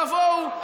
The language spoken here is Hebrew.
תבואו,